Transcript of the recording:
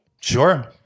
Sure